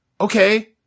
okay